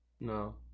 No